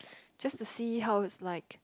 just to see how it's like